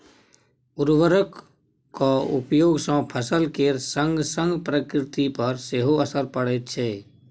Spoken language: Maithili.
उर्वरकक उपयोग सँ फसल केर संगसंग प्रकृति पर सेहो असर पड़ैत छै